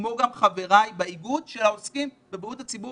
כמו גם חבריי באיגוד שעוסקים בבריאות הציבור